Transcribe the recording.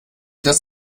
das